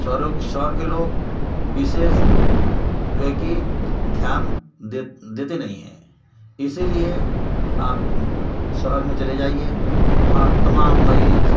शहरों शहर के लोग विशेष जो है कि ध्यान देते नहीं हैं इसीलिए आप शहर में चले जाइए वहाँ तमाम मरीज़